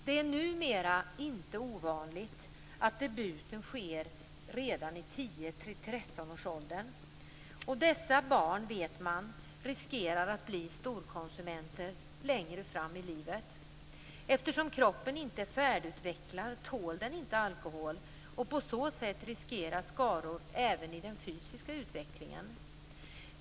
Det är numera inte ovanligt att debuten sker redan i 10-13-årsåldern. Dessa barn vet man riskerar att bli storkonsumenter längre fram i livet. Eftersom kroppen inte är färdigutvecklad tål den inte alkohol, och på så sätt riskeras skador även i den fysiska utvecklingen.